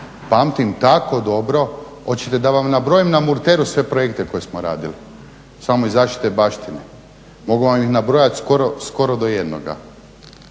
Pamtim tako dobro, oćete da vam nabrojim na Murteru sve projekte koje ste radili samo iz zaštite baštine, mogu vam ih nabrojati skoro do jednoga,